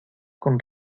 con